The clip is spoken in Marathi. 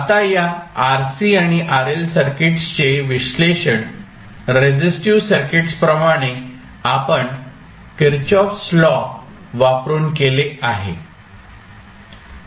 आता या RC आणि RL सर्किट्सचे विश्लेषण रेसिस्टीव्ह सर्किट्स प्रमाणे आपण किर्चॉफ्स लॉ Kirchhoff's law वापरून केले आहे